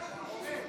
העורב.